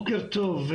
בוקר טוב.